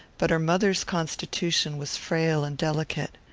but her mother's constitution was frail and delicate.